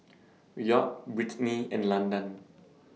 Wyatt Brittny and Landan